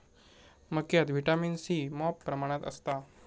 मक्यात vitamin C मॉप प्रमाणात असता